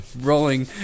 rolling